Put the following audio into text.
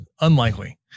unlikely